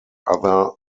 other